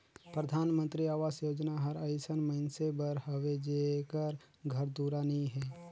परधानमंतरी अवास योजना हर अइसन मइनसे बर हवे जेकर घर दुरा नी हे